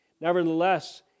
Nevertheless